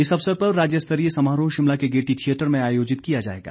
इस अवसर पर राज्य स्तरीय समारोह शिमला के गेयटी थियेटर में आयोजित किया जाएगा